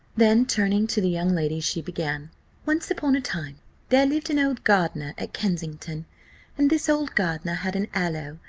then turning to the young lady she began once upon a time there lived an old gardener at kensington and this old gardener had an aloe,